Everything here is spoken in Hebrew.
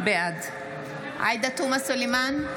בעד עאידה תומא סלימאן,